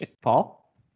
Paul